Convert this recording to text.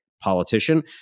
politician